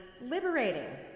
liberating